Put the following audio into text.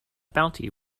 bounty